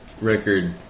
record